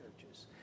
churches